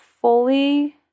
fully